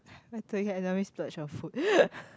I thought you had normally splurge on food